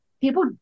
people